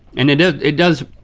and it ah it does,